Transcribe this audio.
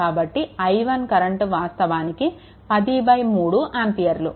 కాబట్టి i1 current వాస్తవానికి 103 ఆంపియర్లు